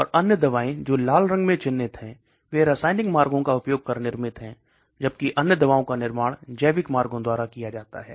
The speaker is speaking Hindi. और अन्य दवाएं जो लाल रंग में चिह्नित हैं वे रासायनिक मार्गों का उपयोग कर निर्मित हैं जबकि अन्य दवाओं का निर्माण जैविक मार्गों द्वारा किया जाता है